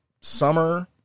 Summer